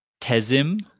tezim